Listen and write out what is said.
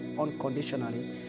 unconditionally